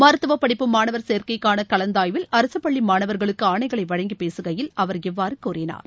மருத்துவப்படிப்பு மாணவர் சேர்க்கைக்காள கலந்தாய்வில் அரசுப் பள்ளி மாணவர்களுக்கு ஆணைகளை வழங்கி பேசுகையில் அவர் இவ்வாறு கூறினார்